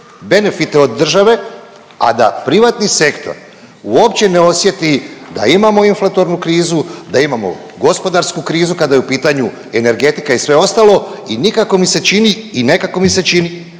benefite od države, a da privatni sektor uopće ne osjeti da imamo inflatornu krizu, da imamo gospodarsku krizu kada je u pitanju energetika i sve ostalo i nikako mi se čini i nekako mi se čini